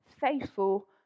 faithful